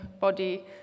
body